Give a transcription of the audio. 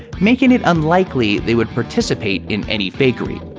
making it unlikely they would participate in any fakery.